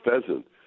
pheasant